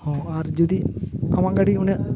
ᱦᱚᱸ ᱟᱨ ᱡᱩᱫᱤ ᱟᱢᱟᱜ ᱜᱟᱹᱰᱤ ᱩᱱᱟᱹᱜ